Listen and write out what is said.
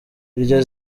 iryo